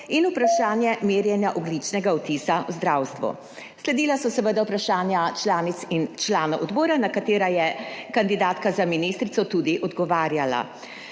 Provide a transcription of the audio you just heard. in vprašanje merjenja ogljičnega odtisa v zdravstvu. Sledila so seveda vprašanja članic in članov odbora, na katera je kandidatka za ministrico tudi odgovarjala.